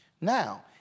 Now